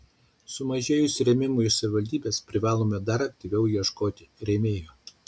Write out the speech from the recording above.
sumažėjus rėmimui iš savivaldybės privalome dar aktyviau ieškoti rėmėjų